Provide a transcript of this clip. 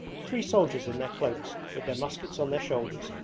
three soldiers in their cloaks, with their muskets on their shoulders,